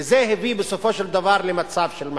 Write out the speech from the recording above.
וזה הביא בסופו של דבר למצב של מחנק.